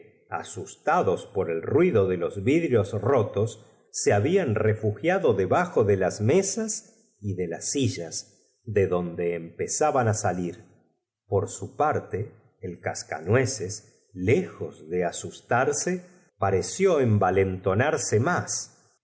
asustados por el ruido de los vidrios rotos se hablan refugiado debajo de las mesas y de las sillas de donde empezaba n á salir por su parte el cascanue ces lejos de asustarse pareció envalento narse más